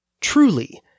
Truly